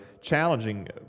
challenging